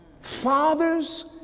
Fathers